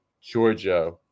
Georgia